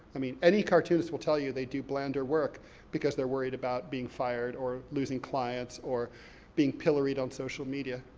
i mean, any cartoonist will tell you they do blander work because they're worried about being fired, or losing clients, or being pilloried on social media.